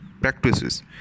practices